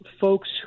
folks